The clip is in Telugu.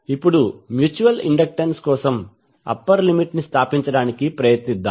ఇప్పుడు మ్యూచువల్ ఇండక్టెన్స్ కోసం అప్పర్ లిమిట్ ని స్థాపించడానికి ప్రయత్నిద్దాం